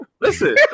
listen